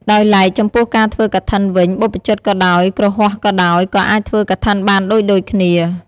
ដោយឡែកចំពោះការធ្វើកឋិនវិញបព្វជិតក៏ដោយ គ្រហស្ថក៏ដោយ ក៏អាចធ្វើកឋិនបានដូចៗគ្នា។